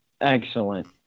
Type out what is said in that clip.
excellent